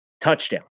TOUCHDOWN